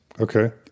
okay